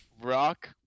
Rock